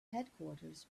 headquarters